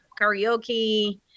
karaoke